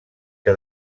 que